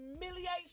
humiliation